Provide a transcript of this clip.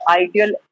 ideal